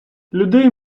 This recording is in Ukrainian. людей